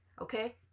Okay